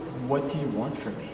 what do you want from